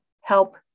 help